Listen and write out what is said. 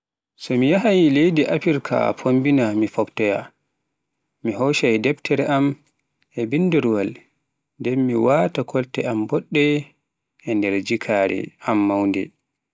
So mi yahhay leydiAfirka pombina mi foftoya, mi hoccai defreji am, a bindorwal, nden mi waata kolte boɗɗe ender jikaare an mawnde..